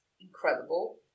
incredible